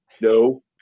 No